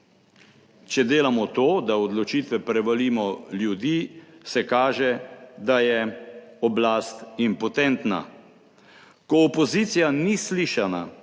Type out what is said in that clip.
Če delamo to, da odločitve prevalimo ljudi, se kaže, da je oblast impotentna. Ko opozicija ni slišana